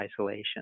isolation